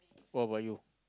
what about you